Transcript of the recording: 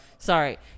Sorry